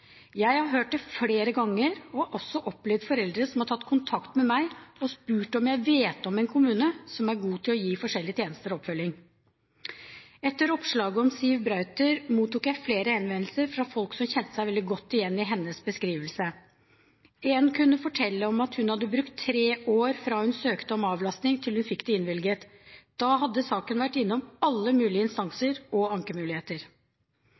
Jeg har hørt det flere ganger, og har også opplevd foreldre som har tatt kontakt med meg og spurt om jeg vet om en kommune som er god til å gi forskjellige tjenester og oppfølging. Etter oppslaget om Siw Brauter, mottok jeg flere henvendelser fra folk som kjente seg veldig godt igjen i hennes beskrivelse. Én kunne fortelle om at hun hadde brukt tre år fra hun søkte om avlastning, til hun fikk det innvilget. Da hadde saken vært innom alle mulige instanser og ankemuligheter.